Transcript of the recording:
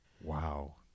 wow